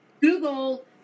Google